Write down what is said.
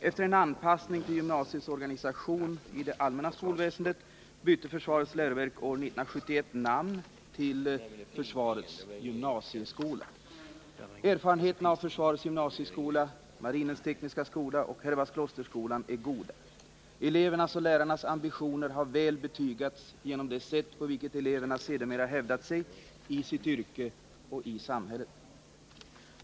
Efter en anpassning till gymnasiets organisation i det allmänna skolväsendet bytte försvarets läroverk år 1971 namn till försvarets gymnasieskola. Erfarenheterna av försvarets gymnasieskola, marinens tekniska skola och Herrevadsklosterskolan är goda. Elevernas och lärarnas ambitioner har väl betygats genom det sätt på vilket eleverna sedermera hävdat sig i sitt yrke och i samhället.